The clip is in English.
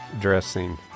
Dressing